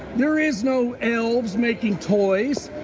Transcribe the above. there is no elves making toys,